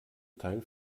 teil